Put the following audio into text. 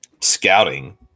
scouting